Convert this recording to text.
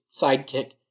sidekick